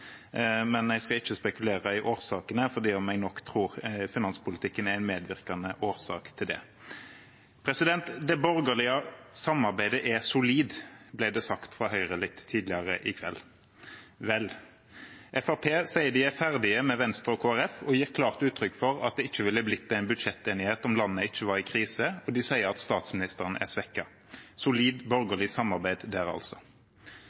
men jeg skal ikke spekulere i årsakene, selv om jeg tror at finanspolitikken er en medvirkende årsak til det. «Det borgerlige samarbeidet er solid», ble det sagt fra Høyre litt tidligere i kveld. Vel, Fremskrittspartiet sier at de er ferdig med Venstre og Kristelig Folkeparti, og gir klart uttrykk for at det ikke ville blitt en budsjettenighet om landet ikke var i krise. De sier også at statsministeren er svekket. Et solid borgerlig samarbeid der altså.